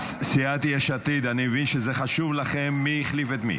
סיעת יש עתיד, אני מבין שחשוב לכם מי החליף את מי.